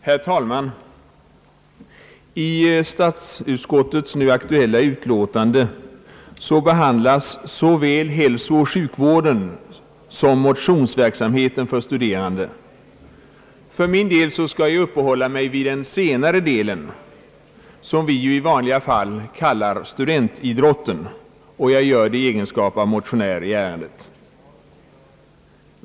Herr talman! I statsutskottets nu aktuella utlåtande behandlas såväl hälsooch sjukvården som motionsverksamheten för studerande. Jag skall uppehålla mig vid den senare delen, som vi i vanliga fall brukar kalla studentidrotten, och jag gör det i min egenskap av motionär i ärendet.